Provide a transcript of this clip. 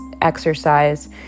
exercise